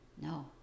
No